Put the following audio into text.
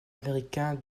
américain